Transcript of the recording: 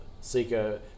seeker